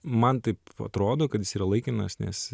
man taip atrodo kad jis yra laikinas nes